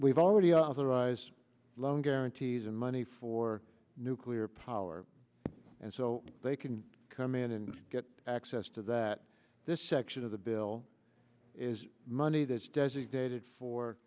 we've already authorized loan guarantees and money for nuclear power and so they can come in and get access to that this section of the bill is money that is designated for